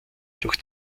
durch